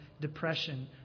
depression